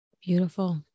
Beautiful